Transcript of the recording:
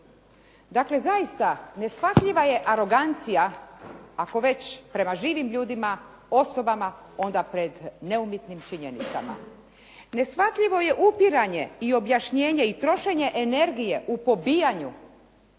Dakle, zaista neshvatljiva je arogancija, ako već prema živim ljudima, osobama, onda pred neumitnim činjenicama. Neshvatljivo je upiranje i objašnjenje i trošenje energije u pobijanju